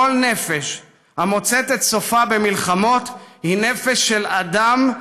כל נפש המוצאת את סופה במלחמות היא נפש של אדם,